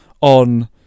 on